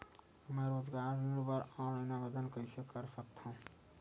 मैं रोजगार ऋण बर ऑनलाइन आवेदन कइसे कर सकथव?